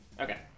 Okay